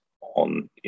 on